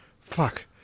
fuck